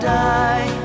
die